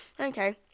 okay